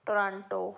Toronto